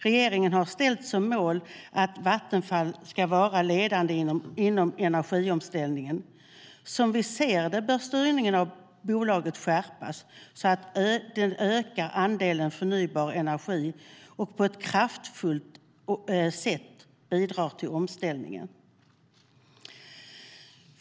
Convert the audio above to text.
Regeringen har ställt som mål att Vattenfall ska vara ledande inom energiomställningen. Som vi ser det bör styrningen av bolaget skärpas så att andelen förnybar energi ökar och på ett kraftfullt sätt bidrar till omställningen.